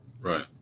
Right